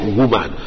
woman